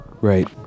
Right